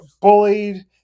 bullied